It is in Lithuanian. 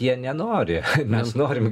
jie nenori mes norim